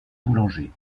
boulangers